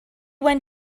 went